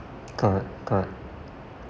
correct correct